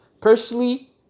personally